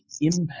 impact